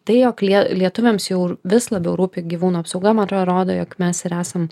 tai jog lie lietuviams jau vis labiau rūpi gyvūnų apsauga man atro rodo jog mes ir esam